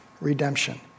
redemption